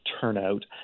turnout